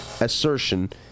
assertion